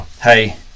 Hey